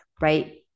right